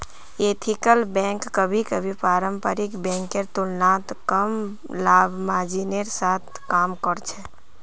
ethical bank कभी कभी पारंपरिक बैंकेर तुलनात कम लाभ मार्जिनेर साथ काम कर छेक